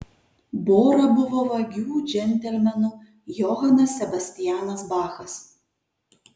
bora buvo vagių džentelmenų johanas sebastianas bachas